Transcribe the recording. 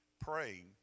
praying